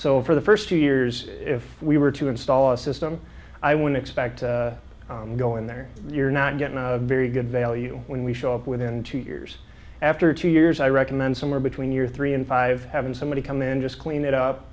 so for the first two years if we were to install a system i want expect to go in there you're not getting out a very good value when we show up within two years after two years i recommend somewhere between your three and five having somebody come in just clean it up